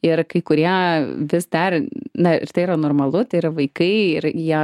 ir kai kurie vis dar na ir tai yra normalu tai yra vaikai ir jie